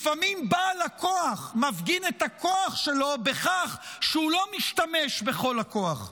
לפעמים בעל הכוח מפגין את הכוח שלו בכך שהוא לא משתמש בכל הכוח,